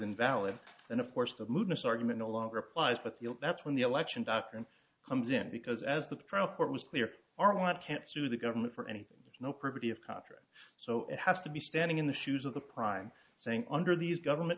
invalid and of course the movement argument no longer applies but that's when the election doctrine comes in because as the trial court was clear our want can't sue the government for anything no privity of contract so it has to be standing in the shoes of the prime saying under these government